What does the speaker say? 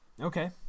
Okay